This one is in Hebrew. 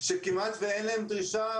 שכמעט ואין להם דרישה,